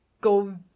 go